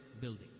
building